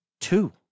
Two